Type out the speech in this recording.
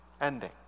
ending